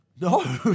No